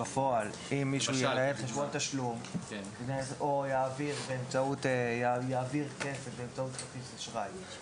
בפועל אם מישהו מנהל חשבון תשלום או יעביר כסף באמצעות כרטיס אשראי,